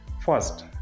first